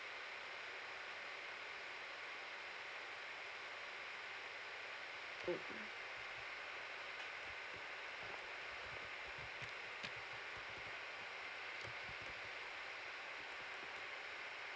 mm